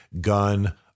gun